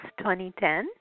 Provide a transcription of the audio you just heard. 2010